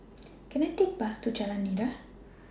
Can I Take A Bus to Jalan Nira